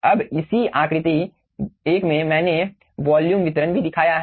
अब इसी आकृति 1 में मैंने वॉल्यूम वितरण भी दिखाया है